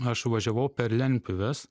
aš važiavau per lentpjūves